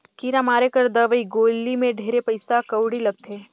कीरा मारे कर दवई गोली मे ढेरे पइसा कउड़ी लगथे